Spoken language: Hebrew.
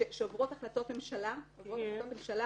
שעוברות החלטות ממשלה